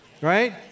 Right